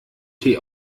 tee